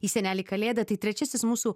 į senelį kalėdą tai trečiasis mūsų